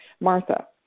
Martha